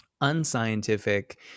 unscientific